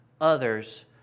others